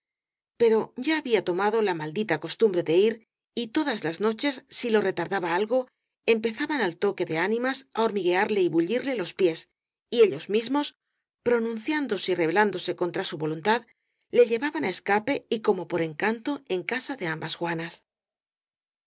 pero ya había tomado la maldita costumbre de ir y todas las noches si lo retardaba algo empezaban al toque de ánimas á hormiguearle y bullirle los pies y ellos mismos pronunciándose y rebelándo se contra su voluntad le llevaban á escape y como por encanto en casa de ambas juanas